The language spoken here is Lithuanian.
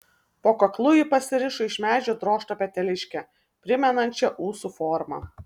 po kaklu ji pasirišo iš medžio drožtą peteliškę primenančią ūsų formą